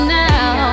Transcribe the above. now